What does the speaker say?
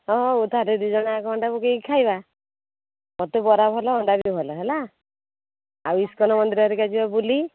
ହଁ ହଁ ତାହାହେଲ ଦୁଇ ଜଣ ଯାକ ଅଣ୍ଡା ପକାଇକି ଖାଇବା ମୋତେ ବରା ଭଲ ଅଣ୍ଡା ବି ଭଲ ହେଲା ଆଉ ଇସ୍କନ ମନ୍ଦିର ହରିକା ଯିବା ବୁଲି